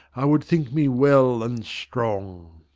i would think me well and strong.